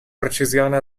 precisione